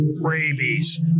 rabies